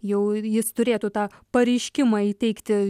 jau ir jis turėtų tą pareiškimą įteikti